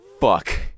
fuck